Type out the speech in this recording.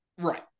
Right